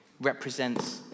represents